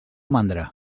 mandra